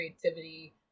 creativity